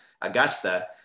Augusta